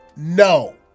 No